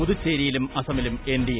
പുതുച്ചേരിയിലും അസമിലും എൻഡിഎ